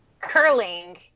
Curling